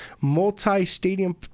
multi-stadium